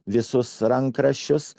visus rankraščius